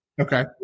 Okay